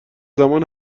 زمان